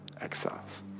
exiles